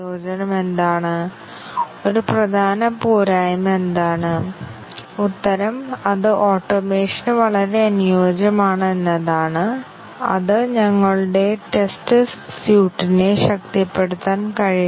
അതിനാൽ ഇത് a എന്ന വേരിയബിളിനെ നിർവ്വചിക്കുന്നു കൂടാതെ സ്റ്റേറ്റ്മെന്റ് 2 ന്റെ USES a b എന്നിവ രണ്ടും ആണ് കാരണം a b എന്നിവ രണ്ടും ഉപയോഗിക്കുന്നു